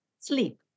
sleep